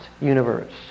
universe